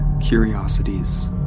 curiosities